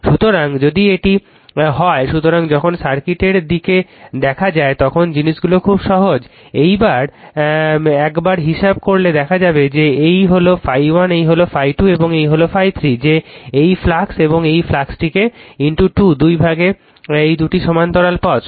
সুতরাং যদি এটি হয় সুতরাং যখন সার্কিটের দিকে দেখা যায় তখন জিনিসগুলো খুব সহজ একবার হিসেব করলে দেখা যাবে যে এই হল ∅1 এই হল ∅2 এবং এই হল ∅ 3 যে এই ফ্লাক্স এবং এই ফ্লাক্সটি 2 এই ভাগ এই দুটি সমান্তরাল পথ